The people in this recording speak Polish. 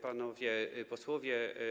Panowie Posłowie!